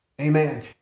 Amen